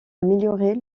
améliorer